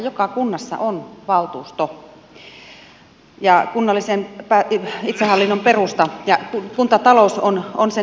joka kunnassa on valtuusto kunnallisen itsehallinnon perusta ja kuntatalous on sen yksi osa